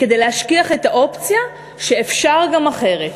כדי להשכיח את האופציה שאפשר גם אחרת,